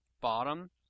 bottom